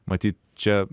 matyt čia